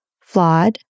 Flawed